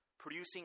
producing